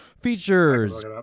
features